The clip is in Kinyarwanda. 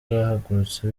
bahagurutse